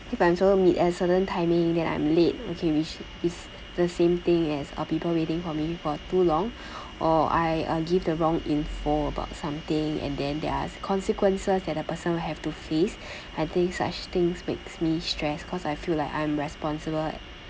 if I'm supposed to meet at a certain timing then I'm late okay which is the same thing as uh people waiting for me for too long or I uh give the wrong info about something and then there are consequences that the person will have to face I think such things makes me stress cause I feel like I'm responsible